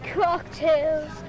cocktails